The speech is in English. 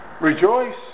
Rejoice